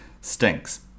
stinks